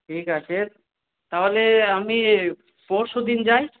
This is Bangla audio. ঠিক আছে তাহলে আমি পরশুদিন যাই